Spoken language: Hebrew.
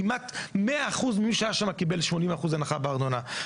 כמעט 100% ממי שהיה שם קיבל 80% הנחה בארנונה.